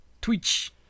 Twitch